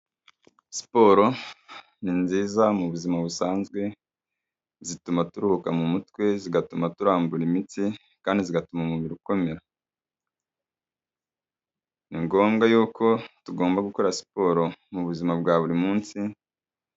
Siporo ni nziza mu buzima busanzwe, zituma turuhuka mu mutwe, zigatuma turambura imitsi kandi zigatuma umubiri ukomera, ni ngombwa yuko tugomba gukora siporo mu buzima bwa buri munsi.